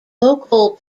local